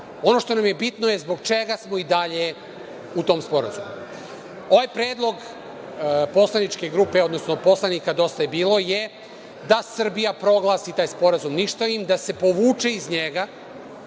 ono što nam je bitno je zbog čega smo i dalje u tom sporazumu. Ovaj predlog poslaničke grupe, odnosno poslanika DJB je da Srbija proglasi taj sporazum ništavim, da se povuče iz njega